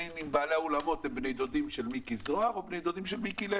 האם בעלי האולמות הם בני דודים של מיקי זוהר או בני דודים של מיקי לוי.